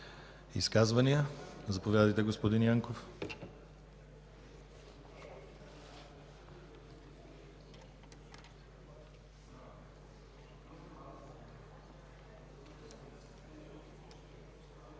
Изказвания? Заповядайте, господин Хамид.